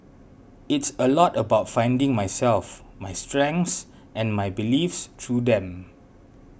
it's a lot about finding myself my strengths and my beliefs through them